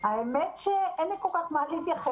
האמת היא שאין לי כל כך מה להתייחס.